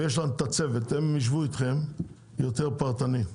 יש לנו את הצוות, הם יישבו איתכם יותר פרטני.